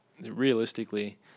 realistically